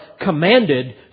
commanded